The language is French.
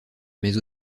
mais